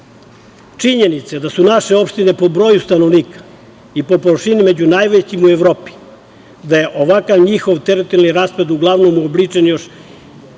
imamo. Činjenice da su naše opštine po broju stanovnika i po površini među najvećim u Evropi, da je ovakav njihov teritorijalni raspored uglavnom uobličen